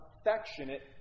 affectionate